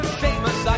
famous